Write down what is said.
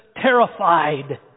terrified